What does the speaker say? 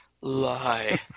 lie